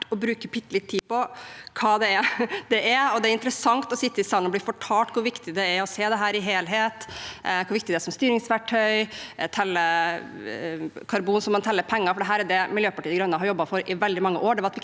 å bruke litt tid på hva det er. Det er interessant å sitte i salen og bli fortalt hvor viktig det er å se dette i helhet, hvor viktig dette er som styringsverktøy, telle karbon som man teller penger – for dette er det Miljøpartiet De Grønne har jobbet for i veldig mange år.